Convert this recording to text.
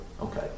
Okay